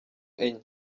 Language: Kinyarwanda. enye